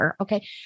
Okay